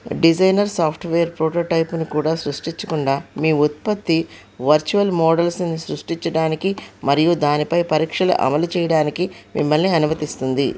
designer software ప్రోటోటైప్ను కూడా సృష్టించకుండా మీ ఉత్పత్తి వర్చువల్ మోడల్స్ని సృష్టించడానికి మరియు దానిపై పరీక్షలను అమలు చేయడానికి మిమ్మల్ని అనుమతిస్తుంది